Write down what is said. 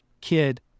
kid